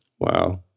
Wow